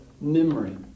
memory